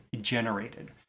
generated